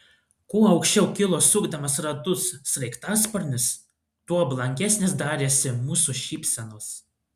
kuo aukščiau kilo sukdamas ratus sraigtasparnis tuo blankesnės darėsi mūsų šypsenos